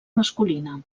masculina